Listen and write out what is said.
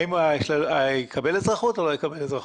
האם יקבל אזרחות או לא יקבל אזרחות?